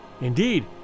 Indeed